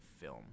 film